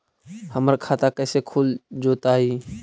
हमर खाता कैसे खुल जोताई?